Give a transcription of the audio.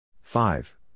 five